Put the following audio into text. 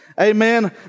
amen